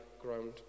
ground